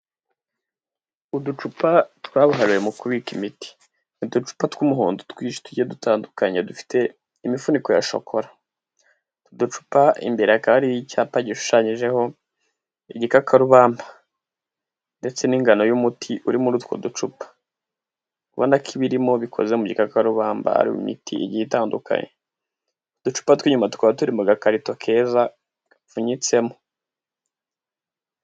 Uducupa twabuhariwe mu kubika imiti. Uducupa tw'umuhondo twinshi tujye dutandukanye dufite imifuniko ya shokora. Utu ducupa imbere hakaba hariho icyapa gishushanyijeho igikakarubamba. Ndetse n'ingano y'umuti uri muri utwo ducupa. Ubona ko ibimo bikoze mu gikakarubamba ari imiti igiye itandukanye. Uducupa tw'inyuma tukaba turi mu gakarito keza gapfunyitsemo.